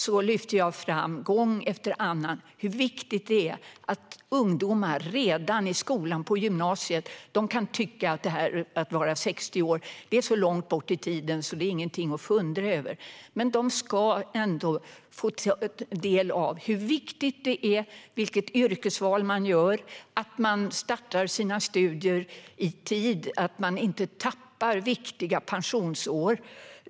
Där lyfte jag gång efter annan fram hur viktigt det är att ungdomar - de kan tycka att det ligger så långt bort i tiden att bli 60 år att de inte behöver fundera över det - redan i gymnasiet ska få ta del av hur viktigt det är vilket yrkesval de gör, att de startar sina studier i tid och att de inte tappar viktiga pensionsår.